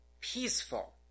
peaceful